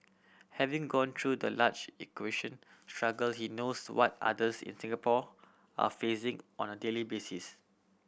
having gone through the language acquisition struggle he knows what others in Singapore are facing on a daily basis